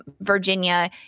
Virginia